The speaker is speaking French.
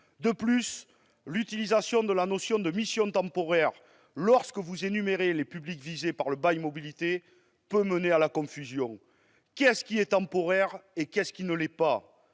En outre, l'utilisation de la notion de « mission temporaire » dans l'énumération des publics visés par le bail mobilité peut mener à la confusion. Qu'est-ce qui est temporaire ? Et qu'est-ce qui ne l'est pas ?